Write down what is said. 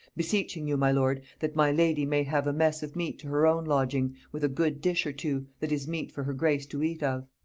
beseeching you, my lord, that my lady may have a mess of meat to her own lodging, with a good dish or two, that is meet for her grace to eat of.